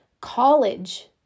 college